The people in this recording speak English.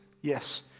yes